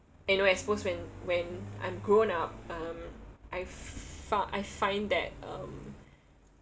and you know as opposed to when when I'm grown up um I found I find that um